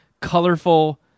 colorful